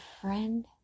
friend